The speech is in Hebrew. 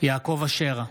יעקב אשר,